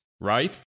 right